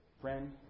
Friend